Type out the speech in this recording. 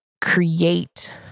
create